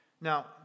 Now